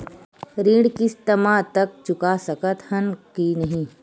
ऋण किस्त मा तक चुका सकत हन कि नहीं?